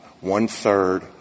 One-third